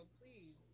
please